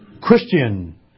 Christian